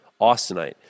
austenite